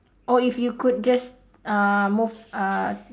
oh if you could just uh move uh